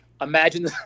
imagine